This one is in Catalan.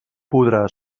podrà